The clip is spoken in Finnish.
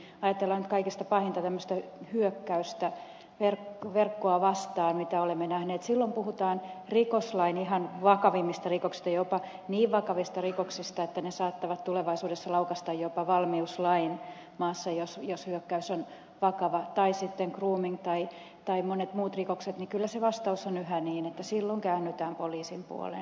jos ajatellaan nyt kaikista pahinta tämmöistä hyökkäystä verkkoa vastaan mitä olemme nähneet jolloin puhutaan rikoslain ihan vakavimmista rikoksista jopa niin vakavista rikoksista että ne saattavat tulevaisuudessa laukaista jopa valmiuslain maassa jos hyökkäys on vakava tai sitten groomingia tai monia muita rikoksia niin kyllä se vastaus on yhä niin että silloin käännytään poliisin puoleen